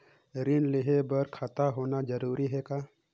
ऋण लेहे बर खाता होना जरूरी ह का?